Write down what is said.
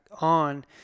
on